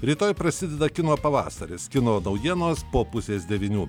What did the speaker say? rytoj prasideda kino pavasaris kino naujienos po pusės devynių